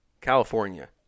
California